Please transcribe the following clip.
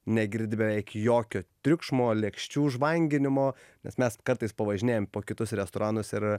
negirdi beveik jokio triukšmo lėkščių žvanginimo nes mes kartais pavažinėjam po kitus restoranus ir